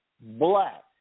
black